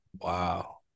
Wow